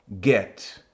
get